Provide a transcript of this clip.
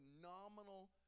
phenomenal